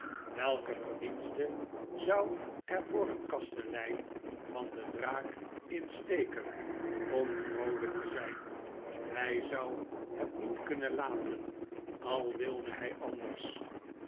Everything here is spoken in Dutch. welke verdienste zou er voor een kastelein van rr de draak in steken om vroolijk te zijn hij zou het niet kunnen laten al wilde hij anders